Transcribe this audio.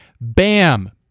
bam